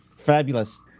Fabulous